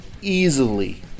easily